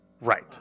right